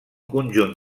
conjunt